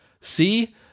See